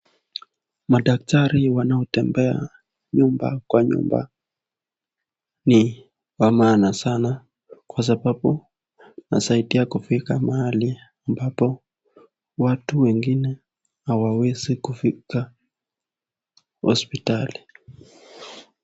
Madaktari wanaotembea nyumba kwa nyumba ni ya maana sana kwa sababu inasaidia kufika mahali ambapo watu wengine hawawezi kufika hospitali.